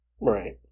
Right